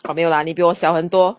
oh 没有 lah 你比我小很多